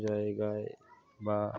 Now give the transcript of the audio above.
জায়গায় বা